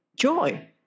joy